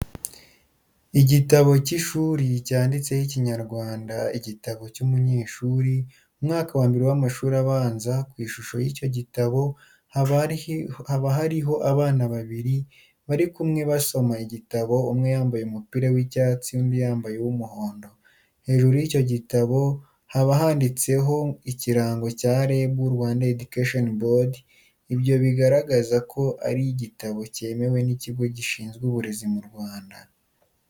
Igitabo cy'ishuri cyanditseho "Ikinyarwanda Igitabo cy'umunyeshuri- Umwaka wa mbere wamashuri abanza"ku ishusho yicyo gitabo haba hariho abana babiri bari kumwe basoma igitabo umwe yambaye umupira w'icyatsi undi yambaye uwumuhondo. Hejuru yicyo gitabo haba handitseho ikirango cya REB(Rwanda Education Board)ibyo bigaragaza ko ari igitabo cyemewe nikigo gishinzwe uburezi mu Rwanda.